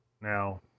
Now